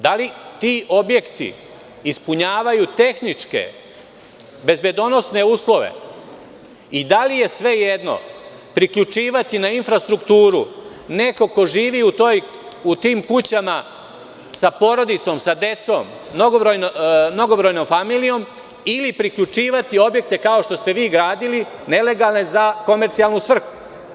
Da li ti objekti ispunjavaju tehničke bezbedonosne uslove i da li je svejedno priključivati na infrastrukturu kuću u kojoj žive porodice, deca, mnogobrojna familija ili priključivati objekte kao što ste vi gradili nelegalne za komercijalnu svrhu?